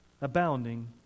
abounding